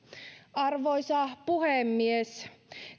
arvoisa puhemies